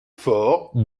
fort